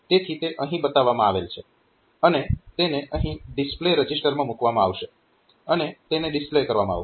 તેથી તે અહીં બતાવવામાં આવેલ છે અને તેને અહીં ડિસ્પ્લે રજીસ્ટરમાં મૂકવામાં આવશે અને તેને ડિસ્પ્લે કરવામાં આવશે